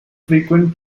frequent